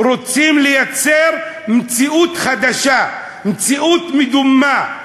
רוצים לייצר מציאות חדשה, מציאות מדומה.